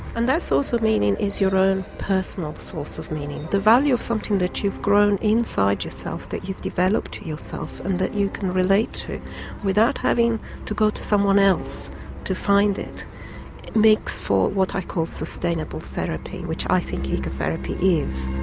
and that source of meaning is your own personal source of meaning, the value of something that you've grown inside yourself that you have developed yourself and that you can relate to it without having to go to someone else to find it, it makes for what i call sustainable therapy which i think ecotherapy is